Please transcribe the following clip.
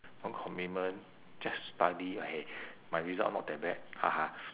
no commitment just study okay my result not that bad haha